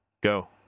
Go